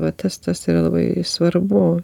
va tas tas yra labai svarbu